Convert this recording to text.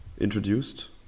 introduced